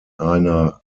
einer